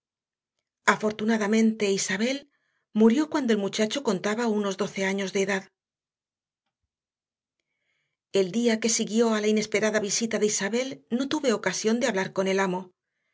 afortunadamente isabel murió cuando el muchacho contaba unos doce años de edad el día que siguió a la inesperada visita de isabel no tuve ocasión de hablar con el amo